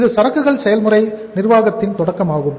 இது சரக்கு செயல்முறை நிர்வாகத்தின் தொடக்கமாகும்